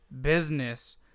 business